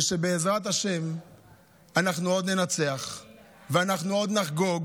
ושבעזרת השם אנחנו עוד ננצח ואנחנו עוד נחגוג